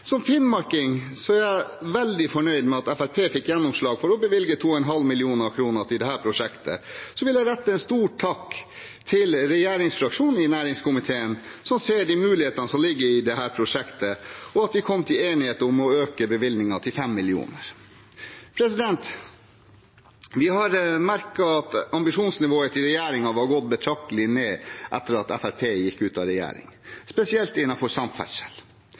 Som finnmarking er jeg veldig fornøyd med at Fremskrittspartiet fikk gjennomslag for å bevilge 2,5 mill. kr til dette prosjektet. Så vil jeg rette en stor takk til regjeringsfraksjonen i næringskomiteen som ser de mulighetene som ligger i dette prosjektet, og at vi kom til enighet om å øke bevilgningen til 5 mill. kr. Vi har merket at ambisjonsnivået til regjeringen har gått betraktelig ned etter at Fremskrittspartiet gikk ut av regjering, spesielt innenfor samferdsel.